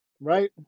right